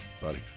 buddy